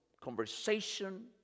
conversation